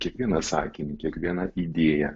kiekvieną sakinį kiekvieną idėją